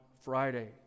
Friday